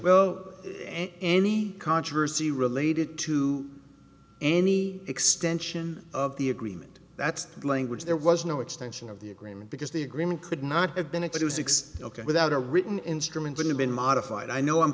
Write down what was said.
well any controversy related to any extension of the agreement that's language there was no extension of the agreement because the agreement could not have been it was six ok without a written instrument wouldn't been modified i know i'm